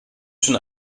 schon